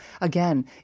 again